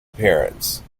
appearance